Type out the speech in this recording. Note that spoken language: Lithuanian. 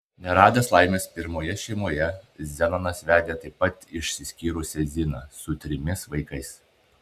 neradęs laimės pirmoje šeimoje zenonas vedė taip pat išsiskyrusią ziną su trimis vaikais